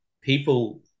People